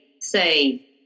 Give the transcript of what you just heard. Say